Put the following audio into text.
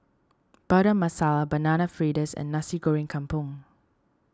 Butter Masala Banana Fritters and Nasi Goreng Kampung